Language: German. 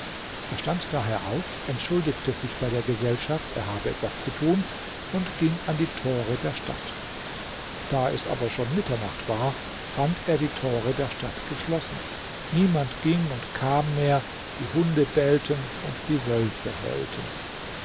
er stand daher auf entschuldigte sich bei der gesellschaft er habe etwas zu tun und ging an die tore der stadt da es aber schon mitternacht war fand er die thore der stadt geschlossen niemand ging und kam mehr die hunde bellten und die wölfe heulten